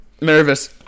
Nervous